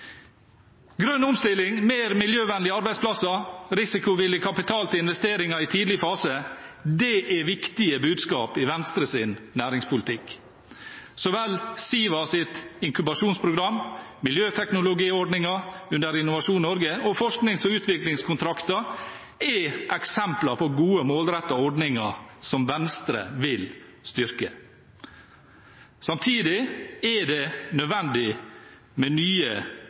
Grønn omstilling, flere miljøvennlige arbeidsplasser, mer risikovillig kapital til investeringer i tidlig fase – det er viktige budskap i Venstres næringspolitikk. Så vel Sivas inkubasjonsprogram, miljøteknologiordningen under Innovasjon Norge som forsknings- og utviklingskontrakter er eksempler på gode, målrettede ordninger Venstre vil styrke. Samtidig er det nødvendig med nye